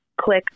click